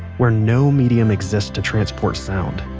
where no medium exists to transport sound.